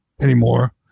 anymore